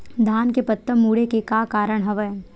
धान के पत्ता मुड़े के का कारण हवय?